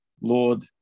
Lord